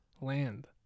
land